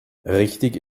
richtig